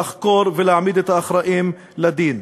לחקור ולהעמיד את האחראים לדין.